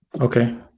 okay